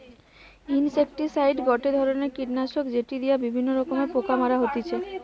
insecticide গটে ধরণের কীটনাশক যেটি দিয়া বিভিন্ন রকমের পোকা মারা হতিছে